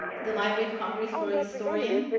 the library of congress for historian